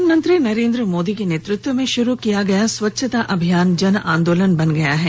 प्रधानमंत्री नरेंद्र मोदी के नेतृत्व में शुरु किया गया स्वच्छता अभियान जन आंदोलन बन गया है